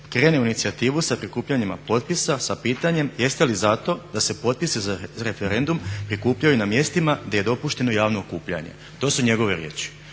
krene u inicijativu sa prikupljanjem potpisa sa pitanjem jeste li za to da se potpisi za referendum prikupljaju na mjestima gdje je dopušteno javno okupljanje? To su njegove riječi.